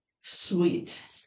Sweet